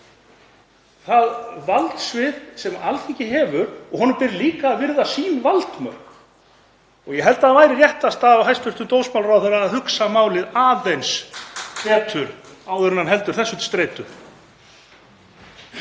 það valdsvið sem Alþingi hefur og honum ber líka að virða sín valdmörk. Ég held að það væri réttast af hæstv. dómsmálaráðherra að hugsa málið aðeins betur áður en hann heldur þessu til streitu.